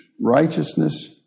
righteousness